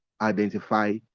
identify